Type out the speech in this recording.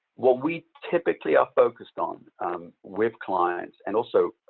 what we typically are focused on with clients and also,